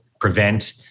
prevent